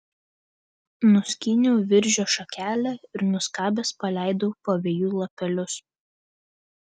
nuskyniau viržio šakelę ir nuskabęs paleidau pavėjui lapelius